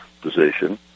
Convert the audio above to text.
position